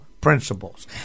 principles